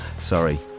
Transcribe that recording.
Sorry